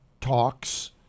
talks